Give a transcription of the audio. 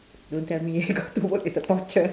don't tell me I got to work is a torture